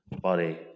body